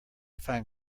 find